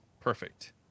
Perfect